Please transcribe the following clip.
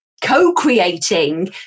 co-creating